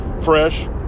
fresh